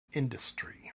industry